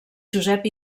josep